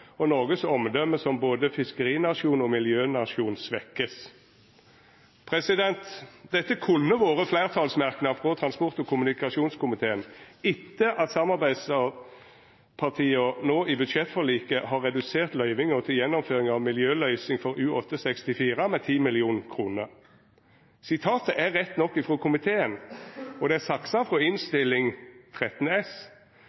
og Norges omdømme som både fiskerinasjon og miljønasjon svekkes.» Dette kunne vore fleirtalsmerknad frå transport- og kommunikasjonskomiteen etter at samarbeidspartia no i budsjettforliket har redusert løyvinga til gjennomføring av miljøløysinga for U-864 med 10 mill. kr. Sitatet er rett nok frå komiteen, og det er saksa frå